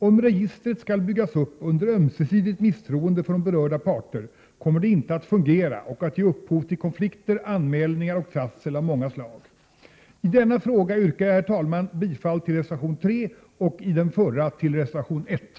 Om registret skall byggas upp under ömsesidigt misstroende från berörda parter kommer det inte att fungera, och det kommer att ge upphov till konflikter, anmälningar och trassel av många slag. I denna fråga yrkar jag bifall till reservation 3, och i den förra till reservation 20